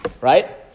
Right